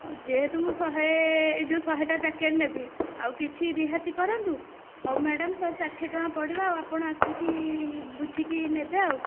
ଯେହେତୁ ମୁଁ ଶହେ ଏଇ ଯେଉଁ ଶହେଟା ପ୍ୟାକେଟ ଆଉ କିଛି ରିହାତି କରନ୍ତୁ ହଉ ମ୍ୟାଡ଼ାମ ଶହେ ଷାଠିଏ ଟଙ୍କା ପଡ଼ିବ ଆପଣ ଆସିକି ବୁଝିକି ନେବେ ଆଉ